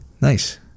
Nice